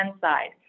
side